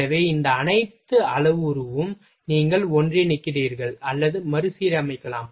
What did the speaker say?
எனவே இந்த அனைத்து அளவுருவும் நீங்கள் ஒன்றிணைக்கிறீர்கள் அல்லது மறுசீரமைக்கலாம்